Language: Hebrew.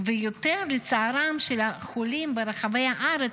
ויותר לצערם של החולים ברחבי הארץ,